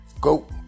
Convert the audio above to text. go